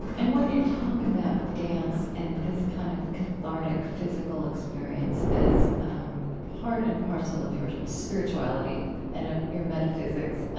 and when you talk about dance and this kind of cathartic, physical experience as part and parcel of your spirituality and of your metaphysics, ah